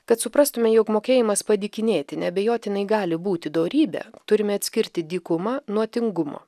kad suprastume jog mokėjimas padykinėti neabejotinai gali būti dorybė turime atskirti dykumą nuo tingumo